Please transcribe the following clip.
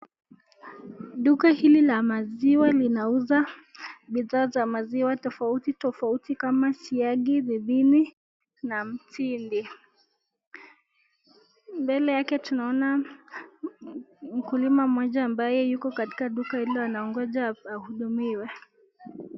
Duka hili la mziwa linauza bidhaa za maziwa tofauti tofauti kama siagi, vibini na mtindi. Mbele yake tunaona mkulima mmoja ambaye yuko katika duka hilo anangoja ahudumiwe.